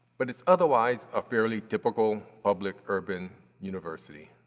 but it's otherwise a fairly typical public urban university.